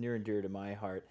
near and dear to my heart